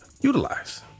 utilize